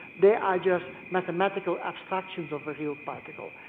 they are just mathematical abstractions of a real particle.